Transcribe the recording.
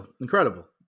Incredible